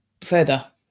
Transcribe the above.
further